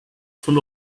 full